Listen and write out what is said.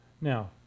Now